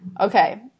Okay